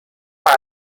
فست